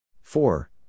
Four